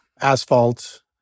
asphalt